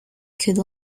could